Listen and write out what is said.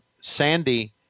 Sandy